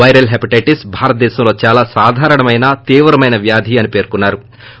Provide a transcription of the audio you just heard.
viral hepatitis భారతదేశంలో దాలా సాధారణమైన తీవ్రమైన వ్యాధి అని పేర్కొన్నా రు